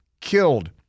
killed